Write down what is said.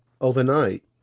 overnight